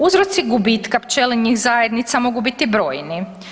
Uzroci gubitka pčelinjih zajednica mogu biti brojni.